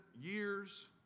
years